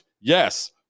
yes